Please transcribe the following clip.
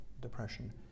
depression